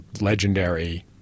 legendary